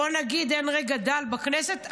בואו נגיד, אין רגע דל בכנסת.